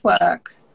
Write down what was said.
work